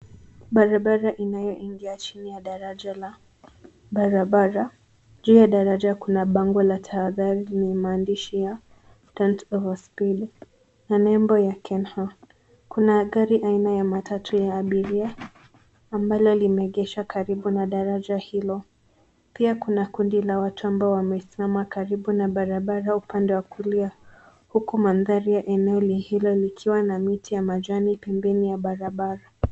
Barabara inayoingia chini ya daraja la barabara. Juu ya daraja kuna bango la tahadhari yenye maandishi ya don't over speed na nembo ya Kenha. Kuna gari aina ya matatu ya abiria, ambalo limeegeshwa karibu na daraja hilo, pia kuna kundi la watu ambao wamesimama karibu na barabara upande wa kulia, huku mandhari ya eneo ni hilo likiwa na miti ya majani pembeni ya barabara.